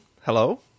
Hello